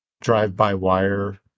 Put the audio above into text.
drive-by-wire